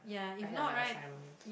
I had like assignments